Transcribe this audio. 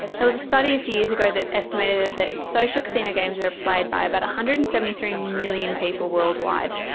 there was a study a few years ago that estimated that social casino games are played by about one ah hundred and seventy three million people worldwide.